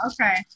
Okay